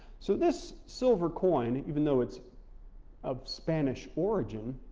so this silver coin, even though it's of spanish origin,